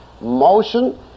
motion